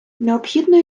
необхідної